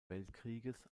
weltkrieges